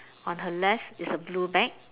on her left is a blue bag